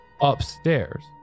upstairs